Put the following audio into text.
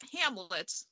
Hamlet